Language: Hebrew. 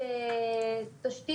שוב,